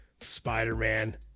Spider-Man